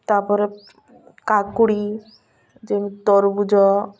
ତାପରେ କାକୁଡ଼ି ଯେମିତି ତରୁଭୁଜ